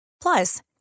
Plus